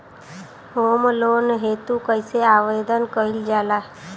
Home loan हेतु कइसे आवेदन कइल जाला?